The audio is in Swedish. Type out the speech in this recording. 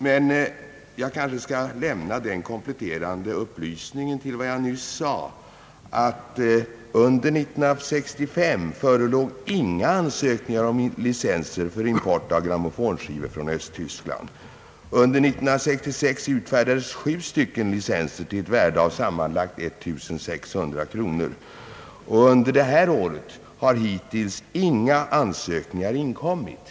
Men jag skall kanske lämna den kompletterande upplysningen till vad jag nyss sade, att under 1965 förelåg inga ansökningar om licens för import av grammofonskivor från Östtyskland. Under 1966 utfärdades sju licenser till ett värde av sammanlagt 1600 kronor. I år har hittills inga ansökningar inkommit.